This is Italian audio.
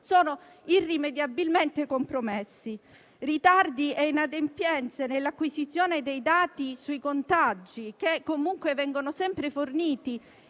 sono irrimediabilmente compromessi. Si sono registrati ritardi e inadempienze nell'acquisizione dei dati sui contagi, che comunque vengono sempre forniti